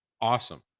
awesome